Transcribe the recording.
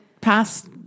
past